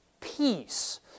peace